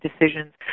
decisions